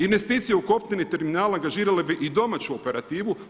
Investicije u kopneni terminal angažirale bi i domaću operativu.